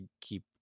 keep